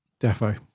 Defo